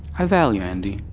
i value andi,